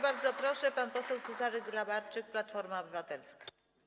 Bardzo proszę, pan poseł Cezary Grabarczyk, Platforma Obywatelska.